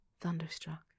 thunderstruck